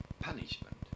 punishment